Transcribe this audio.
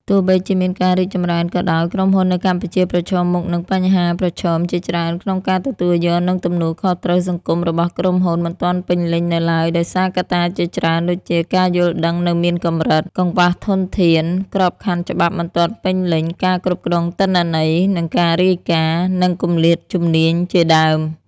ទោះបីជាមានការរីកចម្រើនក៏ដោយ ក្រុមហ៊ុននៅកម្ពុជាប្រឈមមុខនឹងបញ្ហាប្រឈមជាច្រើនក្នុងការទទួលយក និងទំនួលខុសត្រូវសង្គមរបស់ក្រុមហ៊ុន មិនទាន់ពេញលេញនៅឡើយ ដោយសារ កត្តាជាច្រើនដូចជា ការយល់ដឹងមានកម្រិត កង្វះធនធាន ក្របខ័ណ្ឌច្បាប់មិនទាន់ពេញលេញ ការគ្រប់គ្រងទិន្នន័យ និងការរាយការណ៍ និងគម្លាតជំនាញជាដើម។